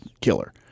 killer